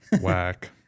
Whack